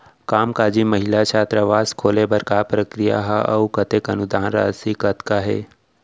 कामकाजी महिला छात्रावास खोले बर का प्रक्रिया ह अऊ कतेक अनुदान राशि कतका हे?